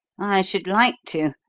i should like to,